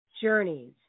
journeys